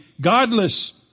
godless